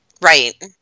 Right